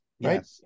right